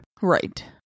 Right